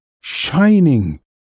shining